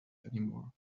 anymore